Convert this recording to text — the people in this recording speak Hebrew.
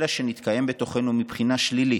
אלא שמתקיים בתוכנו מבחינה שלילית: